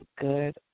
good